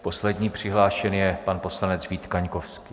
Poslední přihlášený je pan poslanec Vít Kaňkovský.